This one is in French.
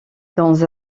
dans